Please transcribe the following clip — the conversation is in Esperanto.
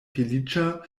feliĉa